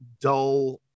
dull